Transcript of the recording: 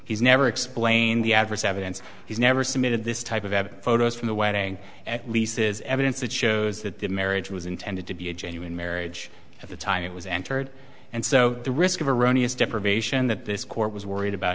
he's never explained the adversary and he's never submitted this type of evidence photos from the wedding at least is evidence that shows that the marriage was intended to be a genuine marriage at the time it was entered and so the risk of erroneous deprivation that this court was worried about